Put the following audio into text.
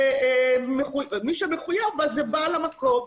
מי שמחויב בנגישות זה בעל המקום,